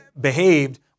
behaved